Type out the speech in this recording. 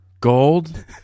Gold